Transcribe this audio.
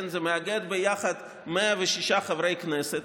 זה מאגד ביחד 106 חברי כנסת,